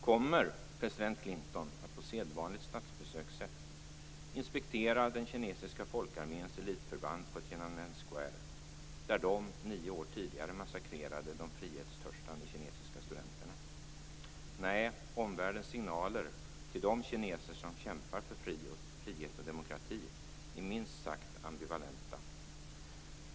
Kommer president Clinton att på sedvanligt statsbesökssätt att inspektera den kinesiska folkarméns elitförband på Tienanmen Square - där de nio år tidigare massakrerade de frihetstörstande kinesiska studenterna? Nej, omvärldens signaler till de kineser som kämpar för frihet och demokrati är minst sagt ambivalenta.